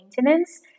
maintenance